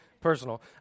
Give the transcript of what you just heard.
personal